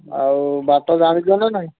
ଆଉ ବାଟ ଜାଣିଛ ନା ନାଇଁ